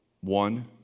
one